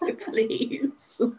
Please